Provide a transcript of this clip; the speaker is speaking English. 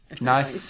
no